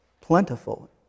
plentiful